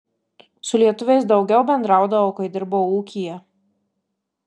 su lietuviais daugiau bendraudavau kai dirbau ūkyje